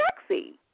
sexy